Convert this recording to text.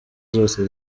zose